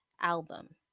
album